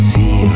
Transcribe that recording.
See